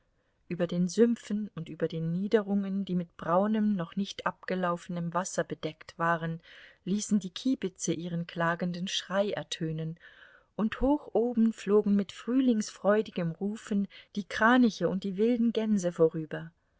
über den sümpfen und über den niederungen die mit braunem noch nicht abgelaufenem wasser bedeckt waren ließen die kiebitze ihren klagenden schrei ertönen und hoch oben flogen mit frühlingsfreudigem rufen die kraniche und die wilden gänse vorüber